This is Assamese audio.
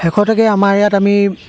শেহতীয়াকে আমাৰ ইয়াত আমি